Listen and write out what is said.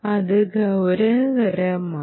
അത് ഗൌരവതരവുമാണ്